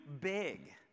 big